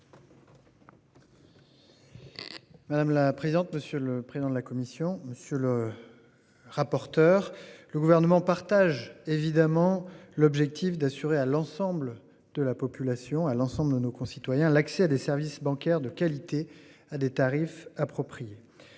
Madame la présidente, monsieur le président de la commission. Monsieur le. Rapporteur le gouvernement partage évidemment l'objectif d'assurer à l'ensemble de la population à l'ensemble de nos concitoyens. L'accès à des services bancaires de qualité à des tarifs appropriés.